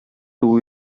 two